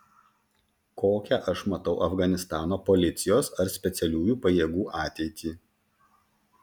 kokią aš matau afganistano policijos ar specialiųjų pajėgų ateitį